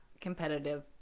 competitive